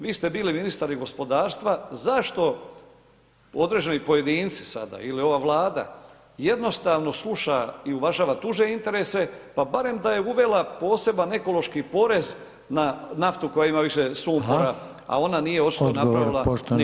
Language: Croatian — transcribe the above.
Vi ste bili ministar i gospodarstva, zašto određeni pojedinci sada ili ova Vlada jednostavno sluša i uvažava tuđe interese, pa barem da je uvela poseban ekološki porez na naftu koja ima više sumpora [[Upadica: Hvala.]] a ona nije očito napravila ništa.